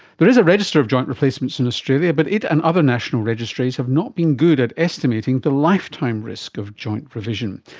there is a register of joint replacements in australia, but it and other national registries have not been good at estimating the lifetime risk of joint revision,